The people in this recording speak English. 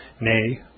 nay